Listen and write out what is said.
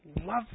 love